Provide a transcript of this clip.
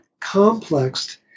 complexed